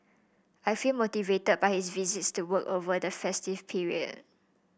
I feel motivated by his visit to work over the festive period